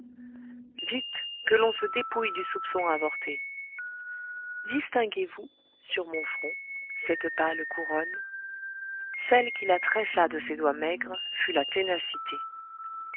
vite que l'on se dépouille du soupçon avorté distinguez vous sur mon front cette pâle couronne celle qui la tressa de ses doigts maigres fut la ténacité